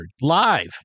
live